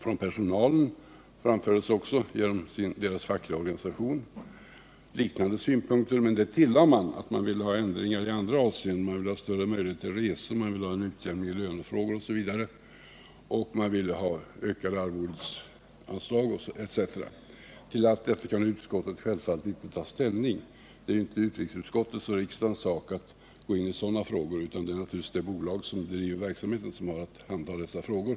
Av representanter för personalens fackliga organisation framfördes liknande synpunkter, men man tillade att man ville ha ändringar i andra avseenden: större möjligheter till resor, utjämning i fråga om löner, ökning av arvodesanslagen osv. Till allt detta kunde utskottet självfallet inte ta ställning. Det är ju inte utrikesutskottets och riksdagens sak att gå in på sådana frågor. Det är naturligtvis det bolag som bedriver verksamheten som har att handha dessa frågor.